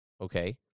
okay